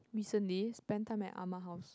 recently spend time at Ah-Ma house